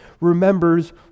remembers